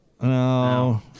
no